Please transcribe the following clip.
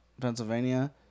pennsylvania